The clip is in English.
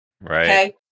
Right